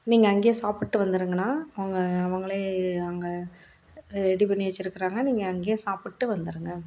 நீங்கள் அங்கேயே சாப்பிட்டு வந்துடுங்கண்ணா அவங்கள் அவர்களே அங்கே ரெடி பண்ணி வச்சுருக்குறாங்க நீங்கள் அங்கே சாப்பிட்டு வந்துடுங்க